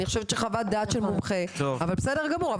אני חושבת שחוות דעת של מומחה אבל בסדר גמור,